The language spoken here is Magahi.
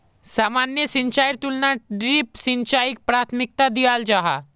सामान्य सिंचाईर तुलनात ड्रिप सिंचाईक प्राथमिकता दियाल जाहा